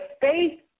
faith